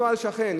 נוהל שכן.